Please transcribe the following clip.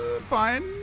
Fine